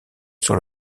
sur